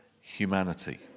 humanity